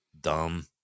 dumb